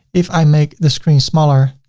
if i make the screen smaller,